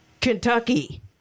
Kentucky